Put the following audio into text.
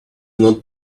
not